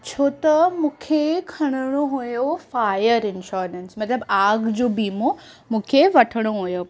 छो त मूंखे खणिणो हुओ फायर इंशोरेंस मतलबु आग जो बीमो मूंखे वठिणो हुओ